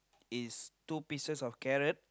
is two pieces of carrot